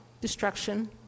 destruction